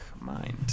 mind